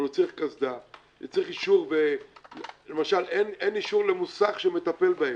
אבל צריך קסדה למשל, אין אישור למוסך שמטפל בהם.